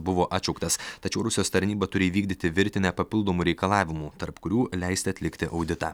buvo atšauktas tačiau rusijos tarnyba turi įvykdyti virtinę papildomų reikalavimų tarp kurių leisti atlikti auditą